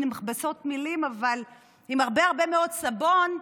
מכבסות מילים אבל עם הרבה הרבה מאוד סבון,